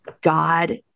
God